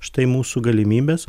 štai mūsų galimybės